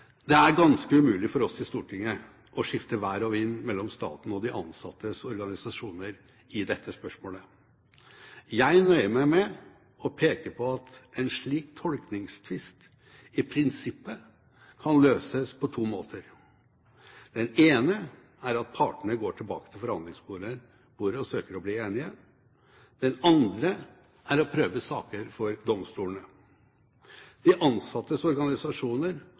Det er ganske umulig for oss i Stortinget å skifte vær og vind mellom staten og de ansattes organisasjoner i dette spørsmålet. Jeg nøyer meg med å peke på at en slik tolkningstvist i prinsippet kan løses på to måter: Den ene er at partene går tilbake til forhandlingsbordet og søker å bli enige. Den andre er å prøve saker for domstolene. De ansattes organisasjoner